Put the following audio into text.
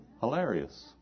Hilarious